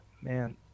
man